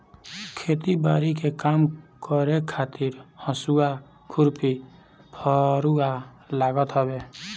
खेती बारी के काम करे खातिर हसुआ, खुरपी, फरुहा लागत हवे